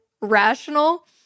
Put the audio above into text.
rational